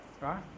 right